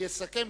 יסכם,